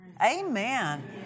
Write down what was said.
Amen